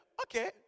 okay